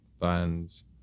bands